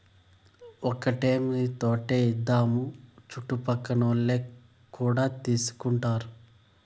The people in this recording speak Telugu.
ఒక్కటేమీ తోటే ఏద్దాము చుట్టుపక్కలోల్లు కూడా తీసుకుంటారు